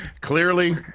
Clearly